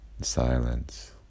silence